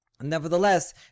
nevertheless